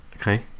Okay